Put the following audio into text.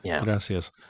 Gracias